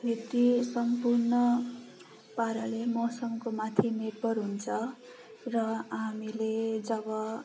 खेती सम्पूर्ण पाराले मौसमको माथि निर्भर हुन्छ र हामीले जब